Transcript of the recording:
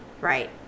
Right